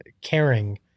caring